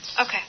Okay